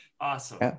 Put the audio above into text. Awesome